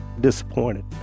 disappointed